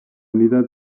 unidad